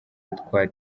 witwa